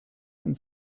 and